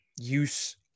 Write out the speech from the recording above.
use